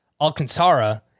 Alcantara